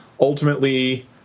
ultimately